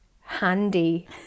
handy